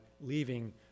leaving